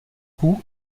cou